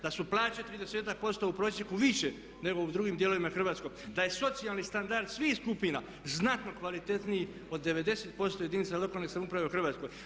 Da su plaće 30-tak % u prosjeku više nego u drugim dijelovima Hrvatske, da je socijalni standard svih skupina znatno kvalitetniji od 90% jedinica lokalne samouprave u Hrvatskoj.